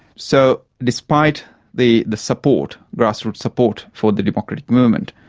so despite the the support, grassroots support, for the democratic movement,